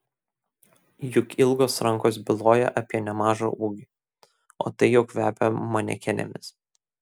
juk ilgos rankos byloja apie nemažą ūgį o tai jau kvepia manekenėmis